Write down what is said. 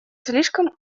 слишком